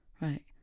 right